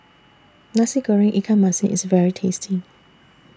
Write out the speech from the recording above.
Nasi Goreng Ikan Masin IS very tasty